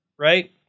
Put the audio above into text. right